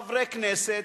חברי כנסת,